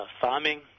farming